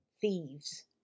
thieves